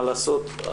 מה לעשות,